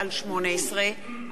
התשע"ב 2012,